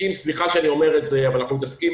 סליחה שאני אומר את זה אבל אנחנו מתעסקים